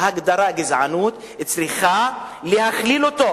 ההגדרה "גזענות" צריכה להכליל אותו,